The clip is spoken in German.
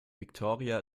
victoria